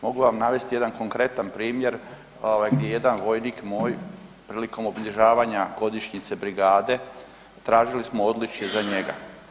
Mogu vam navesti jedan konkretan primjer ovaj gdje jedan vojnik moj prilikom obilježavanja godišnjice brigade, tražili smo odličje za njega.